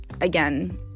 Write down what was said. again